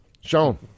Sean